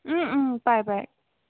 পায় পায়